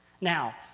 Now